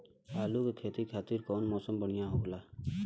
आलू के खेती खातिर कउन मौसम बढ़ियां होला?